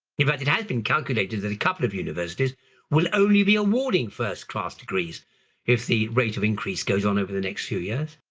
in fact, it has been calculated that a couple of universities will only be awarding first-class degrees if the rate of increase goes on over the next few years.